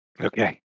Okay